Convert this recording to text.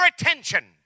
attention